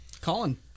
Colin